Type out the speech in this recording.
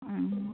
ആ